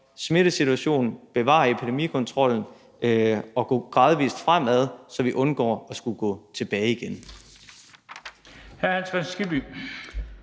smittesituationen, at bevare epidemikontrollen og gå gradvis fremad, så vi undgår at skulle gå tilbage igen.